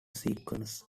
sequence